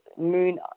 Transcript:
moon